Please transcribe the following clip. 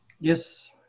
Yes